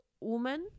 woman